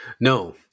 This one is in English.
No